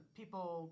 people